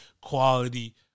quality